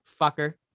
fucker